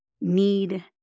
need